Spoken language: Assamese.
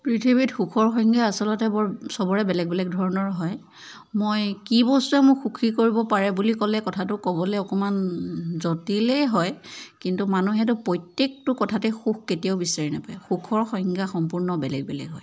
পৃথিৱীত সুখৰ সংজ্ঞা আচলতে চবৰে বেলেগ বেলেগ ধৰণৰ হয় মই কি বস্তুৱে মোক সুখী কৰিব পাৰে বুলি ক'লে কথাটো ক'বলৈ অকণমান জটিলেই হয় কিন্তু মানুহেতো প্ৰত্যেকটো কথাতেই সুখ কেতিয়াও বিচাৰি নাপায় সুখৰ সংজ্ঞা সকলোৰে বেলেগ বেলেগ হয়